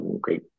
great